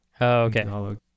Okay